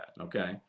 Okay